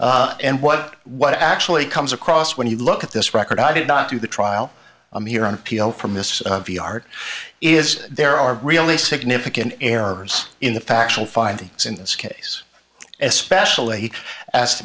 and what what actually comes across when you look at this record i did not do the trial here on from this is there are really significant errors in the factual findings in this case especially as